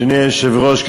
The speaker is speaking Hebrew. אדוני היושב-ראש,